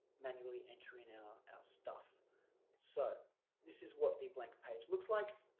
manually enter in our our stuff so this is what the blank page looks like